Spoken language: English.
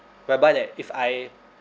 whereby that if I